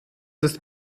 ist